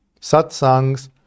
satsangs